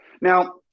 Now